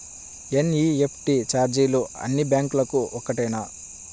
NEFT ఛార్జీలు అన్నీ బ్యాంక్లకూ ఒకటేనా?